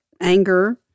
anger